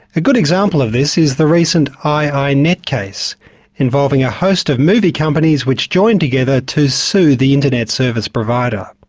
a good example of this is the recent iinet case involving a host of movie companies which joined together to sue the internet service provider.